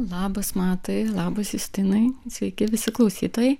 labas matai labas justinai sveiki visi klausytojai